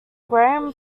gram